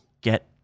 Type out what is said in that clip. get